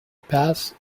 pass